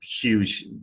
huge